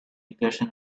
equation